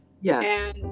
Yes